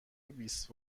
بیست